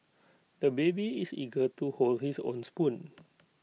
the baby is eager to hold his own spoon